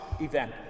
event